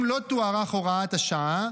אם לא תוארך הוראת השעה,